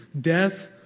death